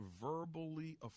verbally